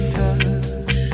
touch